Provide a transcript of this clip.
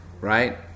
right